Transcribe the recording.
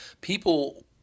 People